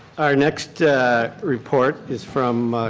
our next report is from